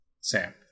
Sam